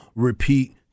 repeat